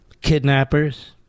kidnappers